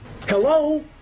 hello